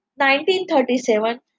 1937